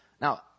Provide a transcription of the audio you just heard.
Now